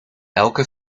elke